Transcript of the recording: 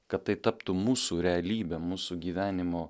kad tai taptų mūsų realybe mūsų gyvenimo